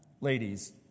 ladies